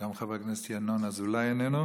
גם חבר הכנסת ינון אזולאי איננו.